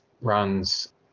runs